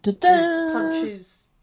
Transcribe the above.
punches